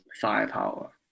firepower